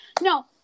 No